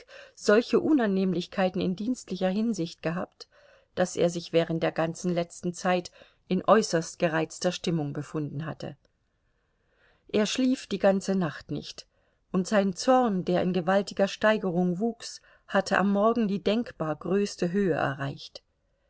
solche unannehmlichkeiten in dienstlicher hinsicht gehabt daß er sich während der ganzen letzten zeit in äußerst gereizter stimmung befunden hatte er schlief die ganze nacht nicht und sein zorn der in gewaltiger steigerung wuchs hatte am morgen die denkbar größte höhe erreicht